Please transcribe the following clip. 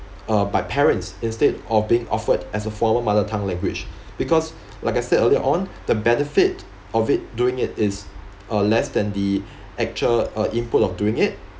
uh by parents instead of being offered as a formal mother tongue language because like I said earlier on the benefit of it doing it is uh less than the actual uh input of doing it